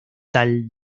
tal